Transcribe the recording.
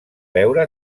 veure